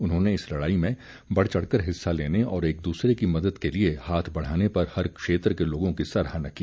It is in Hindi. उन्होंने इस लड़ाई में बढ़ चढ़कर हिस्सा लेने और एक दूसरे की मदद के लिए हाथ बढ़ाने पर हर क्षेत्र के लोगों की सराहना की